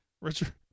Richard